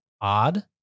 odd